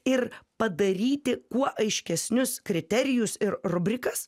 ir padaryti kuo aiškesnius kriterijus ir rubrikas